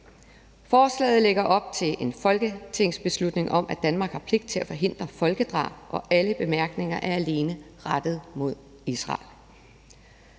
Forslaget lægger op til en folketingsbeslutning om, at Danmark har pligt til at forhindre folkedrab, og alle bemærkninger er alene rettet mod Israel.